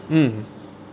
mm